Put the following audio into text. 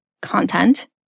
content